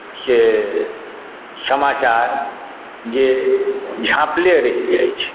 से समाचार जे झाँपले रहि जाइत छै